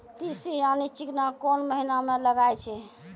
तीसी यानि चिकना कोन महिना म लगाय छै?